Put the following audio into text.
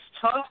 tough